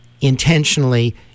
intentionally